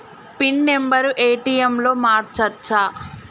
Pin number ATM లో మార్చచ్చా?